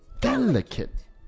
Delicate